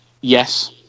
yes